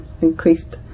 increased